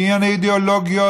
ענייני אידיאולוגיות,